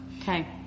okay